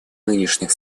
нынешних